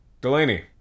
Delaney